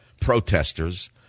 protesters